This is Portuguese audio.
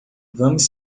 vamos